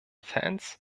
fans